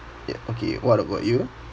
ya okay what about you